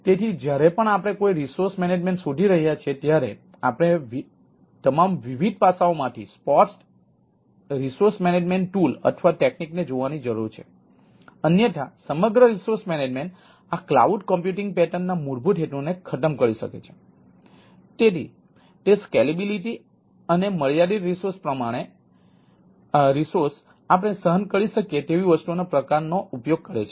તેથી જ્યારે પણ આપણે કોઈ રિસોર્સ મેનેજમેન્ટ શોધી રહ્યા છીએ ત્યારે આપણે તમામ વિવિધ પાસાઓમાંથી સ્પોર્ટ્સ રિસોર્સ મેનેજમેન્ટ ટૂલ અને મર્યાદિત રિસોર્સ આપણે સહન કરી શકીએ તેવી વસ્તુઓના પ્રકારનો ઉપયોગ કરે છે